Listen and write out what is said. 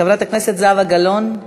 חברת הכנסת זהבה גלאון,